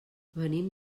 venim